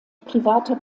private